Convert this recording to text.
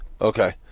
okay